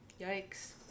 Yikes